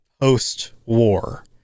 post-war